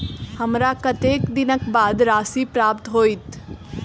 हमरा कत्तेक दिनक बाद राशि प्राप्त होइत?